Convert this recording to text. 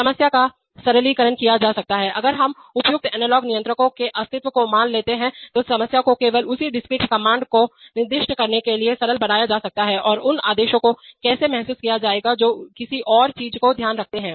समस्या का सरलीकरण किया जा सकता है अगर हम उपयुक्त एनालॉग नियंत्रकों के अस्तित्व को मान लेते हैं तो समस्या को केवल उसी डिस्क्रीट कमांड को निर्दिष्ट करने के लिए सरल बनाया जा सकता है और उन आदेशों को कैसे महसूस किया जाएगा जो किसी और चीज का ध्यान रखते हैं